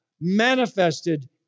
manifested